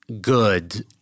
good